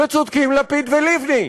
וצודקים לפיד ולבני,